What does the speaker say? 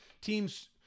team's